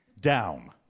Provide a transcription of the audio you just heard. down